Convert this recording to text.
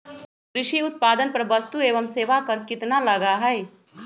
कृषि उत्पादन पर वस्तु एवं सेवा कर कितना लगा हई?